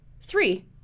Three